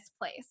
place